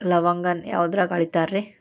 ಲವಂಗಾನ ಯಾವುದ್ರಾಗ ಅಳಿತಾರ್ ರೇ?